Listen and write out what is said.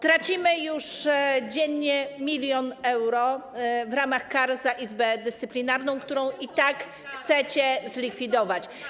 Tracimy dziennie już milion euro w ramach kar za Izbę Dyscyplinarną, którą i tak chcecie zlikwidować.